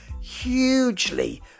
hugely